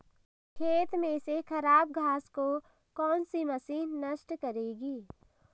खेत में से खराब घास को कौन सी मशीन नष्ट करेगी?